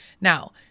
Now